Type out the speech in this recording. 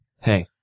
Hey